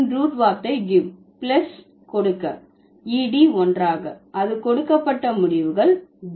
மற்றும் ரூட் வார்த்தை giv plus கொடுக்க ed ஒன்றாக அது கொடுக்கப்பட்ட முடிவுகள் Gave